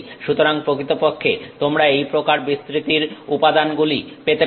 সুতরাং প্রকৃতপক্ষে তোমরা এইপ্রকার বিস্তৃতির উপাদানগুলি পেতে পারো